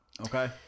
Okay